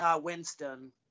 Winston